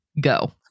Go